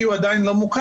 כי הוא עדיין לא מוכר,